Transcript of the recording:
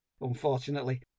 unfortunately